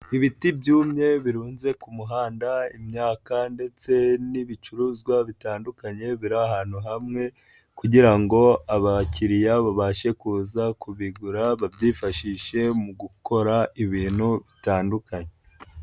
Ibiti byumye birunze ku muhanda, imyaka ndetse n'ibicuruzwa bitandukanye biri ahantu hamwe, kugira ngo abakiriya babashe kuza kubigura babyifashishe mu gukora ibintu bitandukanye.